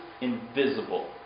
invisible